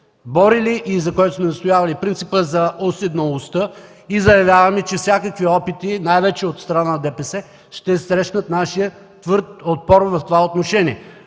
борили и настоявали. Това е принципът за уседналостта. Заявяваме, че всякакви опити, най-вече от страна на ДПС, ще срещнат нашия твърд отпор в това отношение.